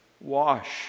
wash